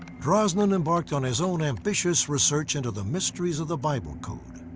drosnin embarked on his own ambitious research into the mysteries of the bible code.